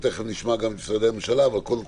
ותכף נשמע את משרדי הממשלה אבל לפני כן